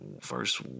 first